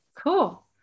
Cool